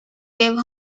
gave